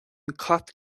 cat